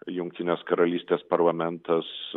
jungtinės karalystės parlamentas